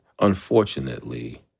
unfortunately